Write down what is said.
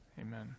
Amen